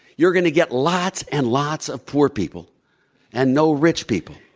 you're going to get lots and lots of poor people and no rich people.